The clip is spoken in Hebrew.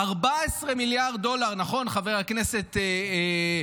14 מיליארד דולר, נכון, חבר הכנסת חמד?